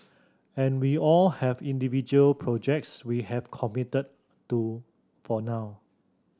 and we all have individual projects we have committed to for now